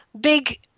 big